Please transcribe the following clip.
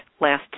Last